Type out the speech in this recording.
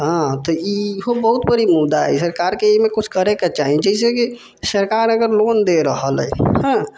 हँ तऽ ईहो बहुत बरी मुद्दा अइ सरकार के एहिमे कुछ करैके चाही जैसेकी सरकार अगर लोन दे रहल अइ हँ